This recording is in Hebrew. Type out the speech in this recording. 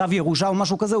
צו ירושה או משהו כזה,